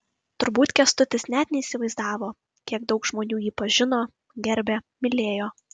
turbūt kęstutis net neįsivaizdavo kiek daug žmonių jį pažino gerbė mylėjo